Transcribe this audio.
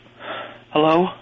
Hello